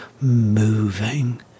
Moving